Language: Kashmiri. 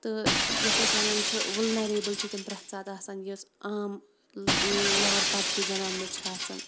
تہٕ یَتھ أسۍ وَنان چھِ وٕلنَریبٕل چھِ تِم پرٛٮ۪تھ ساتہٕ آسان یُس عام لَوَر طبقٕچ زنان مٔڈۍ چھِ آسان